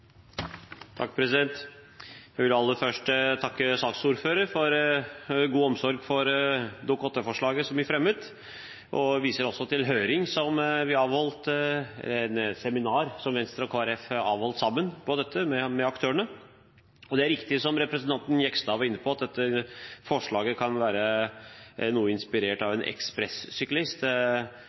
Jeg vil aller først takke saksordføreren for god omsorg for Dokument 8-forslaget som vi fremmet. Jeg vil også vise til seminaret som Venstre og Kristelig Folkeparti avholdt sammen med aktørene om dette. Det er riktig som representanten Jegstad var inne på, at dette forslaget kan være noe inspirert av en